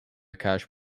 cash